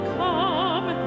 come